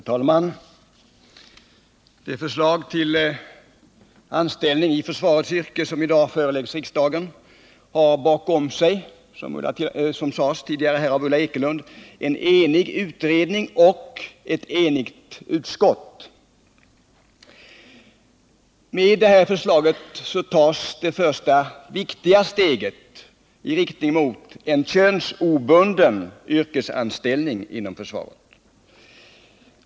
Herr talman! Det förslag till anställning i försvarets yrken som i dag föreläggs riksdagen har, som sades här tidigare av Ulla Ekelund, bakom sig en enig utredning och ett enigt utskott. Med detta förslag tas det första viktiga steget i riktning mot en könsobunden yrkesanställning inom försvaret.